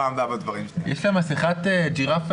עכשיו תמשיכי.